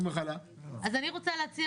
אני רוצה להגיד